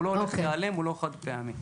הוא לא הולך להיעלם והוא לא חד פעמי.